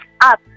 up